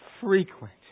frequent